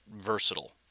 versatile